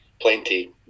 plenty